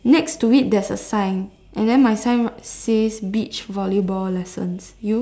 next to it there's a sign and then my sign says beach volleyball lessons you